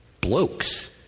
blokes